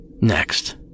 next